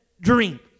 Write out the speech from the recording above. drink